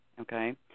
okay